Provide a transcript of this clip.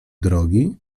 drogi